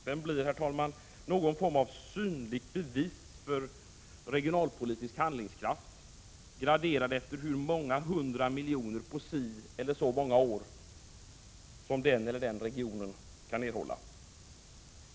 Den blir, herr talman, någon form av synligt bevis för regionalpolitisk handlingskraft, graderad efter hur många hundra miljoner på si eller så många år som den eller den regionen kan erhålla.